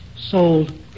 Sold